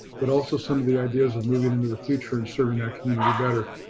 but also, some of the ideas of moving into the future and serving that community better.